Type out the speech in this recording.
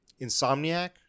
Insomniac